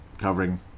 covering